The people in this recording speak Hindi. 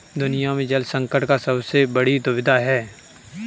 दुनिया में जल संकट का सबसे बड़ी दुविधा है